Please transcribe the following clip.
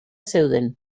zeuden